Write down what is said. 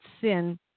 sin